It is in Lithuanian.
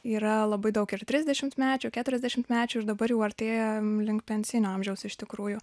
yra labai daug ir trisdešimtmečių keturiasdešimtmečių ir dabar jau artėjam link pensinio amžiaus iš tikrųjų